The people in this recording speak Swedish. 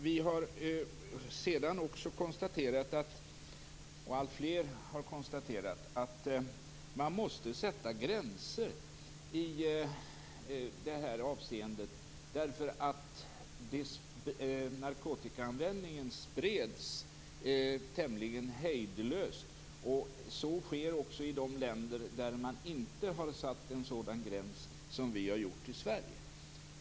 Vi har konstaterat att man måste sätta gränser i det här avseendet. Narkotikaanvändningen spred sig tämligen hejdlöst. Så sker i de länder där man inte satt en sådan gräns som vi gjort i Sverige.